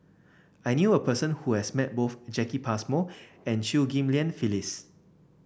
I knew a person who has met both Jacki Passmore and Chew Ghim Lian Phyllis